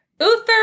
Uther